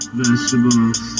vegetables